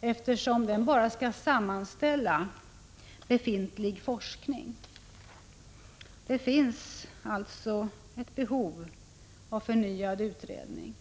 eftersom den bara skall sammanställa befintlig forskning. Det finns således ett behov av förnyad utredning.